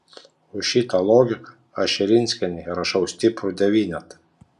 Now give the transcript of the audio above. už šitą logiką aš širinskienei rašau stiprų devynetą